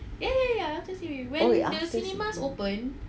!oi! after C_B